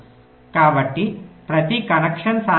కాబట్టి ప్రతి కనెక్షన్ సాధ్యమే